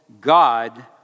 God